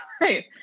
Right